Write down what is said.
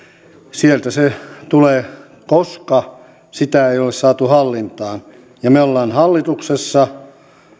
sieltä se tulee koska sitä ei ole saatu hallintaan ja me olemme hallituksessa